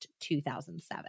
2007